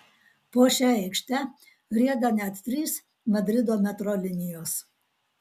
po šia aikšte rieda net trys madrido metro linijos